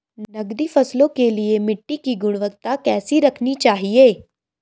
नकदी फसलों के लिए मिट्टी की गुणवत्ता कैसी रखनी चाहिए?